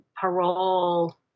parole